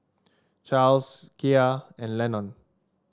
Charles Kiya and Lennon